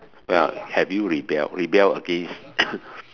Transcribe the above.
ya have you rebelled rebel against